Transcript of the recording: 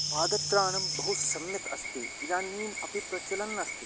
पादत्राणं बहु सम्यक् अस्ति इदानीम् अपि प्रचलत् अस्ति